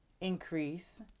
increase